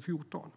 skola.